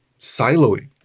siloing